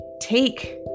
take